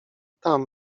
tam